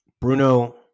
Bruno